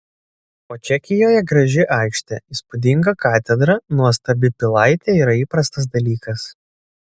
o čekijoje graži aikštė įspūdinga katedra nuostabi pilaitė yra įprastas dalykas